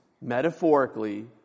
metaphorically